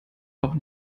auch